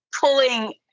pulling